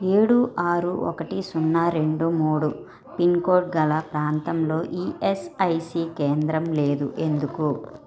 ఏడు ఆరు ఒకటి సున్న రెండు మూడు పిన్కోడ్గల ప్రాంతంలో ఈయస్ఐసి కేంద్రం లేదు ఎందుకు